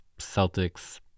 Celtics